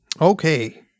okay